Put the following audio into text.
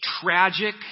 tragic